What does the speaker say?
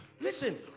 Listen